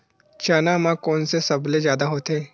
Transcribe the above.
चना म कोन से सबले जादा होथे?